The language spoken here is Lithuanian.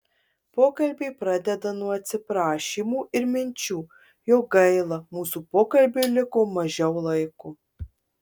pokalbį pradeda nuo atsiprašymų ir minčių jog gaila mūsų pokalbiui liko mažiau laiko